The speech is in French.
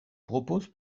propose